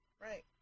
Right